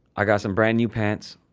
i got some brand new pants,